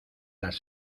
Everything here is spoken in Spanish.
las